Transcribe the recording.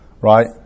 Right